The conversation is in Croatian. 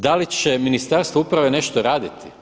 Da li će Ministarstvo uprave nešto raditi?